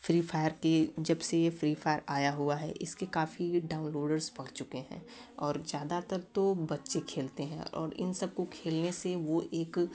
free Fire के जब से फ्री फायर आया हुआ है इसके काफ़ी डाउन्लोडस हो चुके हैं और ज़्यादातर तो बच्चे खेलते हैऔर इन सब को खेलने से वो एक